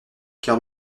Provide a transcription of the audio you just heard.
car